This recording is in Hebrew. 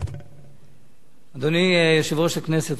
אדוני יושב-ראש הכנסת,